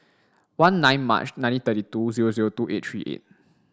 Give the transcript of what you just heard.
one nine March nineteen thirty two zero zero two eight three eight